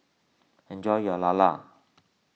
enjoy your Lala